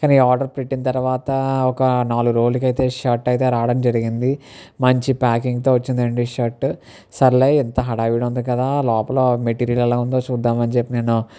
కానీ ఆర్డర్ పెట్టిన తర్వాత ఒక నాలుగు రోజులకైతే షర్ట్ అయితే రావడం జరిగింది మంచి ప్యాకింగ్తో వచ్చింది అండి షర్ట్ సర్లే ఇంత హడావిడి ఉంది కదా లోపల మెటీరియల్ ఎలా ఉందో చూద్దామని చెప్పి నేను